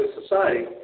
society